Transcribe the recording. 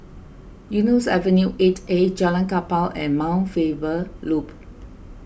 Eunos Avenue eight A Jalan Kapal and Mount Faber Loop